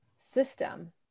system